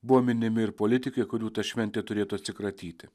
buvo minimi ir politikai kurių ta šventė turėtų atsikratyti